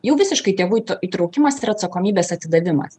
jau visiškai tėvų įtraukimas ir atsakomybės atidavimas